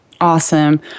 awesome